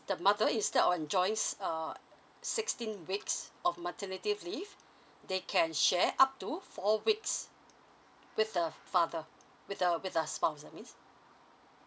the mother instead of enjoying s~ uh sixteen weeks of maternity leave they can share up to four weeks with the father with the with the spouse that means